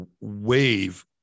wave